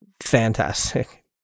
fantastic